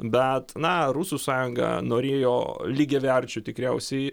bet na rusų sąjunga norėjo lygiaverčių tikriausiai